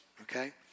Okay